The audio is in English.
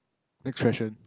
next question